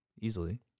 Easily